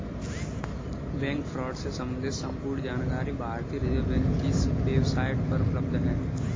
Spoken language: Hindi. बैंक फ्रॉड से सम्बंधित संपूर्ण जानकारी भारतीय रिज़र्व बैंक की वेब साईट पर उपलब्ध है